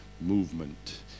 movement